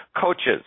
coaches